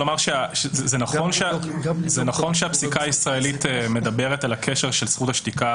שזה נכון שהפסיקה הישראלית מדברת על הקשר של זכות השתיקה